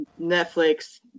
Netflix